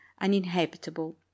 uninhabitable